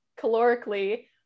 calorically